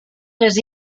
les